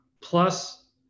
plus